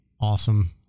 awesome